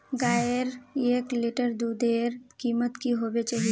गायेर एक लीटर दूधेर कीमत की होबे चही?